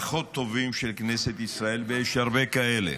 הפחות-טובים של כנסת ישראל, ויש הרבה כאלה.